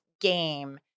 game